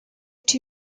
two